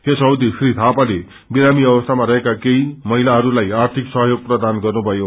यस अवधि श्री थापाले बिरामी अवस्थामा रहेका केही महिलाहरूलाई आर्गिक सहयोग प्रान गर्नुभयो